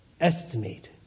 estimate